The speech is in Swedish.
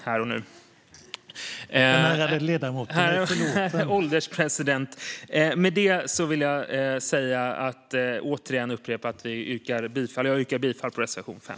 Herr ålderspresident! Jag yrkar som sagt bifall till reservation 5.